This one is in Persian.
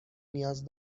نیاز